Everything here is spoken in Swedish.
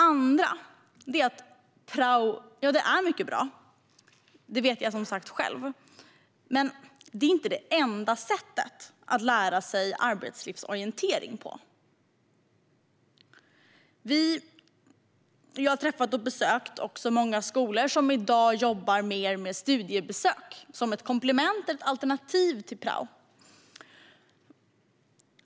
För det andra: Prao är mycket bra - det vet jag som sagt själv - men det är inte det enda sättet att lära sig arbetslivsorientering. Vi har besökt många skolor som i dag jobbar mer med studiebesök som ett komplement eller ett alternativ till prao.